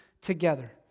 together